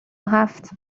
هفت